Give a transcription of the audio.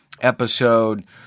episode